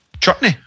chutney